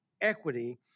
Equity